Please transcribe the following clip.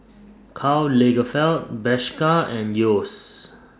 Karl Lagerfeld Bershka and Yeo's